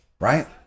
right